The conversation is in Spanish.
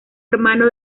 hermano